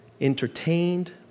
entertained